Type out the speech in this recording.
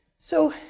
so,